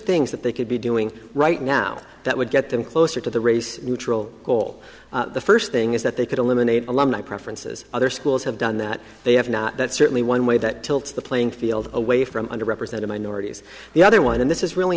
things that they could be doing right now that would get them closer to the race neutral goal the first thing is that they could eliminate alumni preferences other schools have done that they have not but certainly one way that tilts the playing field away from under represented minorities the other one and this is really